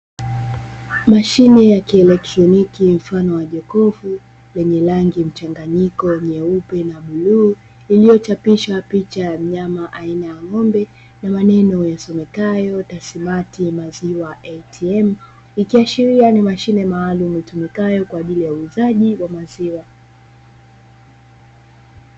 Mashine ya kielektroniki mfano wa jokofu yenye rangi mchanganyiko nyeupe na bluu iliyochapishwa picha ya mnyama aina ya ng'ombe na maneno yasomekayo “TASSMATT maziwa ATM” ikiashiria ni mashine maalumu itumikayo kwajili ya uuzaji wa maziwa.